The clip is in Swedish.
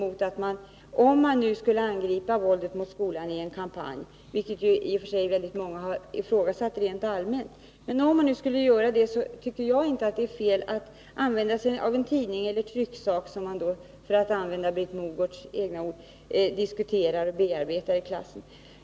Om man nu skall angripa våldet i skolan genom en kampanj — vilket i och för sig många har ifrågasatt — tycker jag inte att det är fel att använda sig av en tidning eller trycksak, som man, med Britt Mogårds egna ord, diskuterar och bearbetar i klassen.